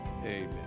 Amen